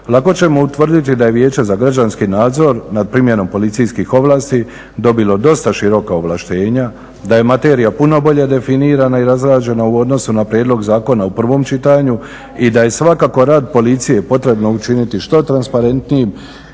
lako ćemo utvrditi da je Vijeće za građanski nadzor nad primjenom policijskih ovlasti dobilo dosta široka ovlaštenja, da je materija puno bolje definirana i razrađena u odnosu na prijedlog zakona u prvom čitanju i da je svakako rad policije potrebno učiniti što transparentnijim